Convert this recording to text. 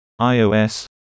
ios